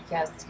Yes